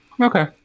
Okay